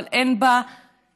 אבל אין בה שום,